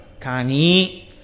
Kani